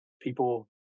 people